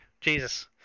Jesus